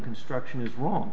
construction is wrong